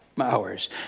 hours